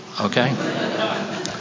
okay